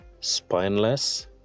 spineless